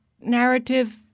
narrative